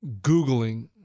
Googling